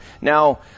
Now